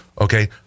Okay